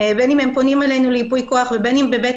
בין אם הם פונים אלינו לייפוי כוח ובין אם בבית